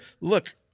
look